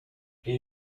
can